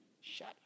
Shut